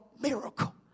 miracle